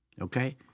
Okay